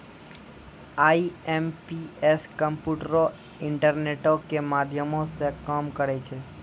IMPS कम्प्यूटरो, इंटरनेटो के माध्यमो से काम करै छै